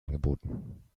angeboten